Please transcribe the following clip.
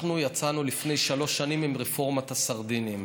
אנחנו יצאנו לפני שלוש שנים ברפורמת הסרדינים,